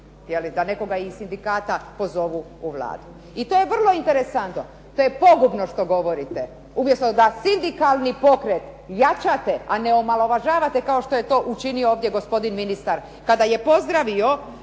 da nekoga iz sindikata pozovu u Vladu i to je vrlo interesantno. To je pogubno što govorite. Umjesto da sindikalni pokret jačate, a ne omalovažavate kao što je to učinio ovdje gospodin ministar kada je pozdravio